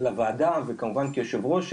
לוועדה וכמובן ליושב ראש,